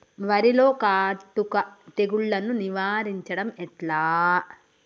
వరిలో కాటుక తెగుళ్లను నివారించడం ఎట్లా?